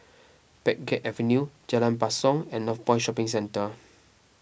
Pheng Geck Avenue Jalan Basong and Northpoint Shopping Centre